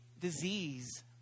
disease